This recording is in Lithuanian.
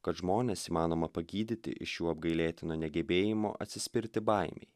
kad žmones įmanoma pagydyti iš šių apgailėtinų negebėjimų atsispirti baimei